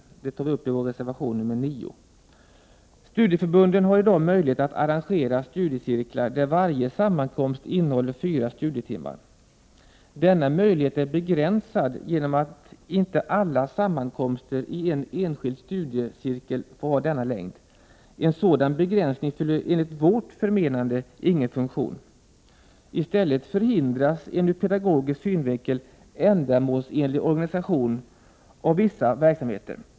Detta har vi tagit upp i reservation 9. Studieförbunden har i dag möjlighet att arrangera studiecirklar där varje sammankomst omfattar fyra studietimmar. Men här finns det en begränsning genom att inte alla sammankomster i en enskild studiecirkel får ha denna längd. En sådan begränsning fyller enligt vårt förmenande ingen funktion. I stället förhindras en ur pedagogisk synvinkel ändamålsenlig organisation av vissa verksamheter.